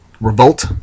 revolt